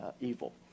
evil